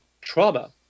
trauma